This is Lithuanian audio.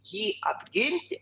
jį apginti